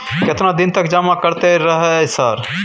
केतना दिन तक जमा करते रहे सर?